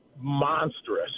monstrous